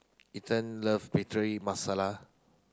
Ethelyn love Masala